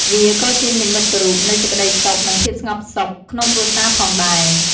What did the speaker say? វាក៏ជានិមិត្តរូបនៃ សេចក្តីសុខ និង ភាពស្ងប់សុខ ក្នុងគ្រួសារផងដែរ។